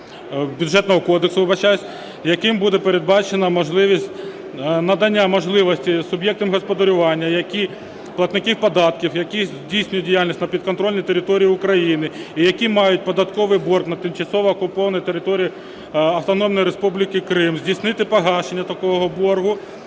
Бюджетного кодексу, вибачаюсь. Яким буде передбачена можливість, надання можливості суб'єктам господарювання, платників податків, які здійснюють діяльність на підконтрольній території України і які мають податковий борг на тимчасово окупованій території Автономної Республіки Крим, здійснити погашення такого боргу.